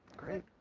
great.